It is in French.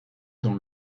dans